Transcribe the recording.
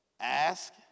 ask